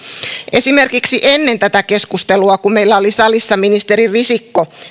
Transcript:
esimerkiksi ennen tätä keskustelua kun meillä oli salissa ministeri risikko